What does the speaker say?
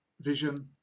vision